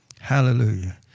Hallelujah